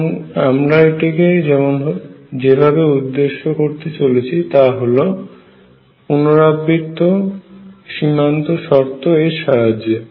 এবং আমরা এটিকে যেভাবে উদ্দেশ্য করতে চলেছি তা হল পুনরাবৃত্ত সীমান্ত শর্ত এর সাহায্যে